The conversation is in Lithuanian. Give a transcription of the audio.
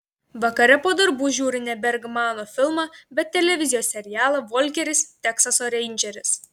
vakare po darbų žiūriu ne bergmano filmą bet televizijos serialą volkeris teksaso reindžeris